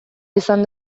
izan